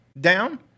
down